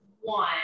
one